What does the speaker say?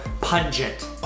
pungent